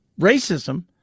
racism